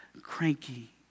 cranky